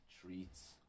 treats